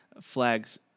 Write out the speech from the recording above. Flag's